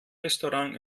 restaurant